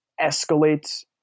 escalates